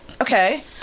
Okay